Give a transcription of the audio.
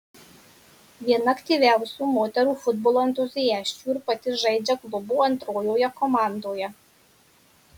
viena aktyviausių moterų futbolo entuziasčių ir pati žaidžia klubo antrojoje komandoje